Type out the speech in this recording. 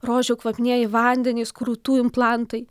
rožių kvapnieji vandenys krūtų implantai